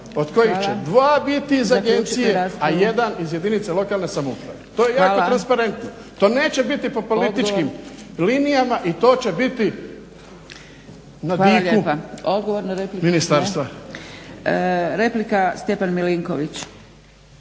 od kojih će dva biti iz agencije a jedan iz jedinice lokalne samouprave. Upadica: Hvala./ … to je jako transparentno, to neće biti po političkim linijama i to će biti na diku ministarstva. **Zgrebec, Dragica